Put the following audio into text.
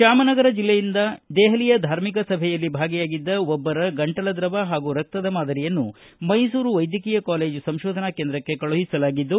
ಚಾಮರಾಜನಗರಜಿಲ್ಲೆಯಿಂದ ದೆಹಲಿಯ ಧಾರ್ಮಿಕ ಸಭೆಯಲ್ಲಿ ಭಾಗಿಯಾಗಿದ್ದ ಒಬ್ಬರ ಗಂಟಲ ದ್ರವ ಹಾಗೂ ರಕ್ತದ ಮಾದರಿಯನ್ನು ಮೈಸೂರು ವೈದ್ಯಕೀಯ ಕಾಲೇಜು ಸಂಶೋಧನಾ ಕೇಂದ್ರಕ್ಕೆ ಕಳುಹಿಸಲಾಗಿದ್ದು